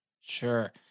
Sure